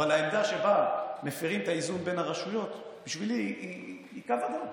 אבל העמדה שבה מפירים את האיזון בין הרשויות בשבילי היא קו אדום.